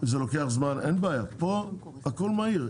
זה לוקח זמן, אין בעיה, פה הכל מהיר.